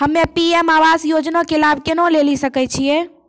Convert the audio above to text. हम्मे पी.एम आवास योजना के लाभ केना लेली सकै छियै?